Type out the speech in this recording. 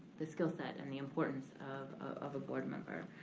the skill set and the importance of of a board member.